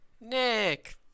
Nick